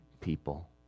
people